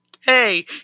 Hey